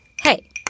Hey